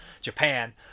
Japan